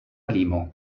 limo